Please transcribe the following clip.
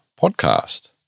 Podcast